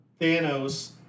Thanos